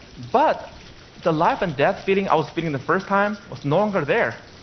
but the life and death feeling i was feeling the first time was no longer there,